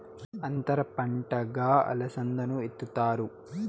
అంతర పంటగా అలసందను ఇత్తుతారు